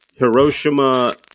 Hiroshima